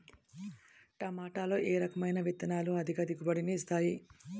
టమాటాలో ఏ రకమైన విత్తనాలు అధిక దిగుబడిని ఇస్తాయి